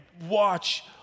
watch